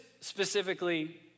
specifically